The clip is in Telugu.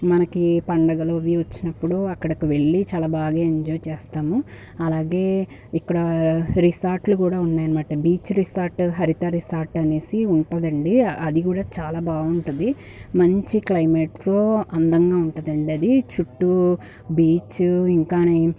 మనకి పండుగలు అవి వచ్చినప్పుడు అక్కడికు వెళ్ళి చాలా బాగా ఎంజాయ్ చేస్తాము అలాగే ఇక్కడ రిసార్ట్లు కూడా ఉన్నాయి అన్నమాట బీచ్ రిసార్టు హరిత రిసార్ట్ అనేసి ఉంటుందండి అది కూడా చాలా బాగుంటుంది మంచి క్లైమేట్తో అందంగా ఉంటుందండి అది చుట్టూ బీచు ఇంకా